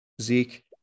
Zeke